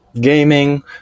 gaming